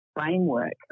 framework